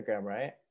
right